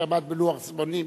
שעמד בלוח זמנים